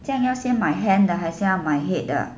这样要先买 hand 的还是要买 my head 的